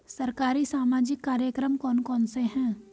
सरकारी सामाजिक कार्यक्रम कौन कौन से हैं?